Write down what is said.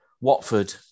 Watford